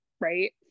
right